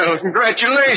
congratulations